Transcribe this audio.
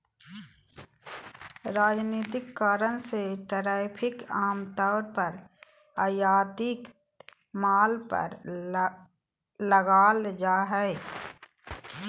राजनीतिक कारण से टैरिफ आम तौर पर आयातित माल पर लगाल जा हइ